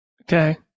Okay